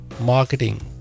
marketing